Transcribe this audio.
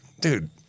dude